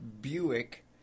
Buick